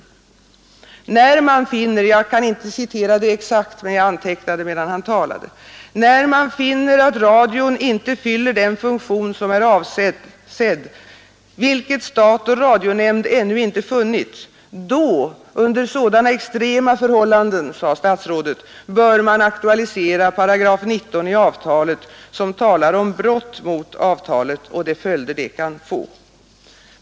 Och när man finner — jag kan inte citera statsrådet exakt, men jag antecknade medan han talade — att radion inte fyller den funktion som är avsedd, vilket stat och radionämnd ännu inte har funnit, bör man under sådana extrema förhållanden aktualisera 19 § i avtalet, som talar om brott mot avtalet och de följder detta kan få.